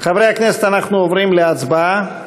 חברים, אנחנו עוברים להצבעה.